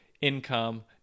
income